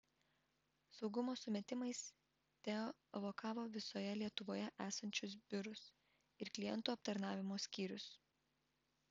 saugumo sumetimais teo evakavo visoje lietuvoje esančius biurus ir klientų aptarnavimo skyrius